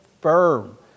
firm